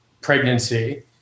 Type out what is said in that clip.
pregnancy